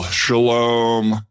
Shalom